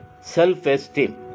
self-esteem